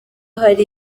hari